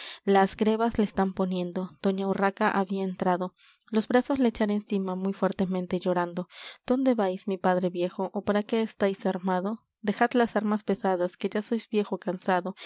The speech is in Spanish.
las grevas le están poniendo doña urraca había entrado los brazos le echara encima muy fuertemente llorando dónde vais mi padre viejo ó para qué estáis armado dejad las armas pesadas que ya sois viejo cansado